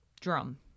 drum